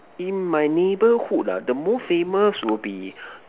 in my neighborhood ah the most famous would be